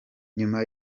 nyuma